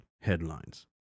headlines